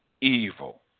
evil